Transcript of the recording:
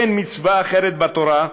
אין מצווה אחרת בתורה,